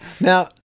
now